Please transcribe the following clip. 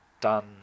done